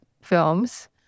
films